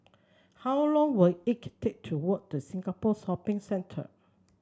how long will it take to walk to Singapore Shopping Centre